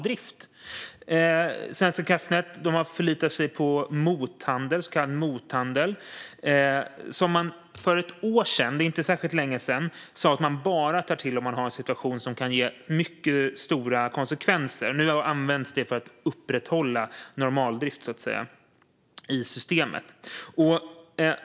De förlitar sig på så kallad mothandel, som de för bara ett år sedan - inte särskilt länge sedan - sa att de bara tar till om de har en situation som kan få mycket stora konsekvenser. Nu används detta för att upprätthålla normaldrift i systemet.